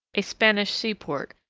a spanish sea-port,